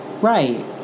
Right